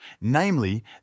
Namely